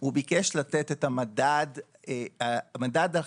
הוא ביקש לתת את מדד 2009